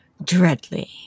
Dreadly